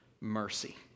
mercy